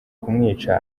kumwica